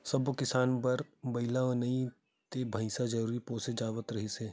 सब्बो किसान घर बइला नइ ते भइसा जरूर पोसे जावत रिहिस हे